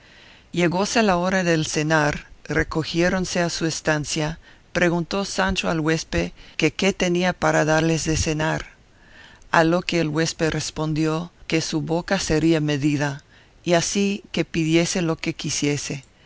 aquella venta llegóse la hora del cenar recogiéronse a su estancia preguntó sancho al huésped que qué tenía para darles de cenar a lo que el huésped respondió que su boca sería medida y así que pidiese lo que quisiese